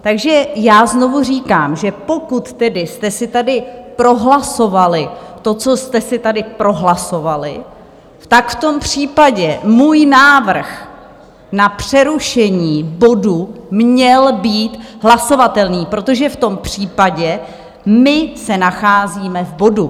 Takže já znovu říkám, že pokud tedy jste si tady prohlasovali to, co jste si tady prohlasovali, tak v tom případě můj návrh na přerušení bodu měl být hlasovatelný, protože v tom případě my se nacházíme v bodu.